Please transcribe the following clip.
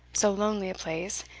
so lonely a place,